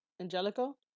Angelico